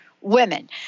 women